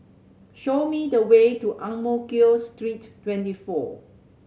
show me the way to Ang Mo Kio Street Twenty four